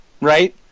right